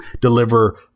deliver